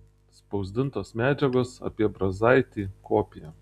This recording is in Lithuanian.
spausdintos medžiagos apie brazaitį kopija